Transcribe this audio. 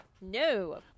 No